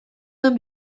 duen